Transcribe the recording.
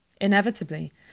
Inevitably